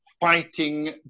fighting